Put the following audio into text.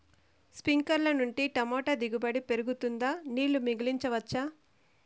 స్ప్రింక్లర్లు నుండి టమోటా దిగుబడి పెరుగుతుందా? నీళ్లు మిగిలించవచ్చా?